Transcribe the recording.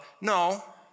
No